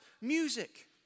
music